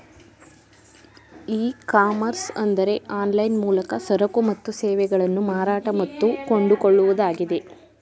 E commerce ಅಂದರೆ online ಮೂಲಕ ಸರಕು ಮತ್ತು ಸೇವೆಗಳನ್ನು ಮಾರಾಟ ಮತ್ತು ಕೊಂಡುಕೊಳ್ಳುವುದಾಗಿದೆ